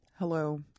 Hello